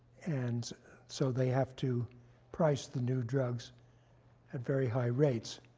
and so they have to price the new drugs at very high rates.